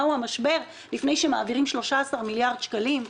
הוא המשבר לפני שמעבירים 13 מיליארד שקלים?